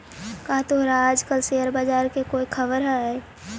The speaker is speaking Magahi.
का तोहरा आज कल शेयर बाजार का कोई खबर हवअ